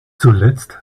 zuletzt